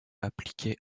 appliquée